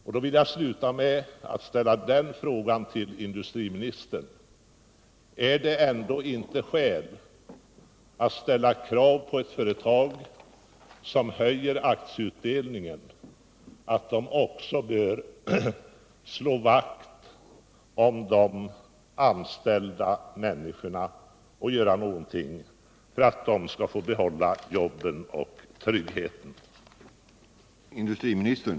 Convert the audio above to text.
Därför vill jag sluta med att ställa denna fråga till industriministern: Är det ändå inte skäl att ställa krav på ett företag, som höjer aktieutdelningen, att också slå vakt om de anställda människorna och göra någonting för att de skall få behålla jobben och tryggheten?